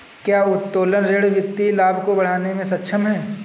क्या उत्तोलन ऋण वित्तीय लाभ को बढ़ाने में सक्षम है?